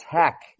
Tech